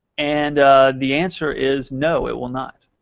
and the answer is, no, it will not.